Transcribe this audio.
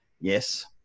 Yes